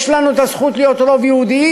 יש לנו הזכות להיות רוב יהודי,